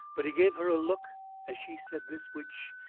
but he gave her a look as she said this, which,